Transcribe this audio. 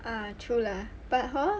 ah true lah but hor